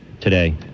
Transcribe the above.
today